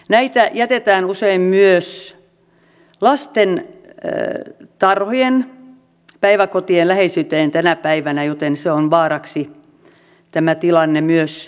näitä jätetään usein myös lastentarhojen ja päiväkotien läheisyyteen tänä päivänä joten tämä tilanne on vaaraksi myös lapsille